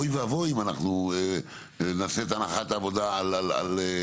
אוי ואבוי אם אנחנו נעשה את הנחת העבודה על זה.